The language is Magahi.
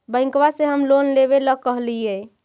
बैंकवा से हम लोन लेवेल कहलिऐ?